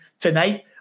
tonight